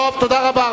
טוב, תודה רבה.